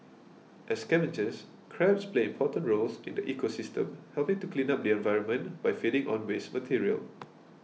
as scavengers crabs play important roles in the ecosystem helping to clean up the environment by feeding on waste material